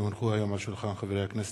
כי הונחו היום על שולחן הכנסת,